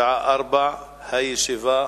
משרד התעשייה,